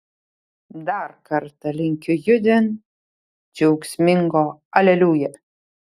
dar kartą linkiu judviem džiaugsmingo aleliuja